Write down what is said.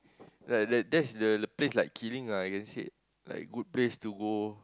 the the that's the place like killing lah you can say like good place to go